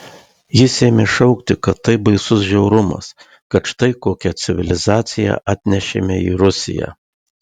jis ėmė šaukti kad tai baisus žiaurumas kad štai kokią civilizaciją atnešėme į rusiją